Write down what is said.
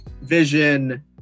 Vision